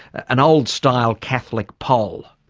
an old style catholic pole.